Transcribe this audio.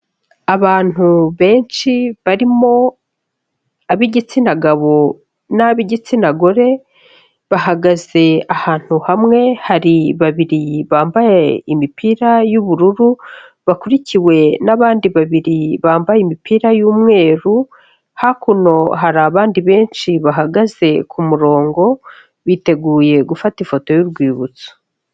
Abantu benshi barimo ab'igitsina gabo n'ab'igitsina gore, bahagaze ahantu hamwe, hari babiri bambaye imipira y'ubururu, bakurikiwe n'abandi babiri bambaye imipira y'umweru, hakuno hari abandi benshi bahagaze ku murongo, biteguye gufata ifoto y'urwibutso.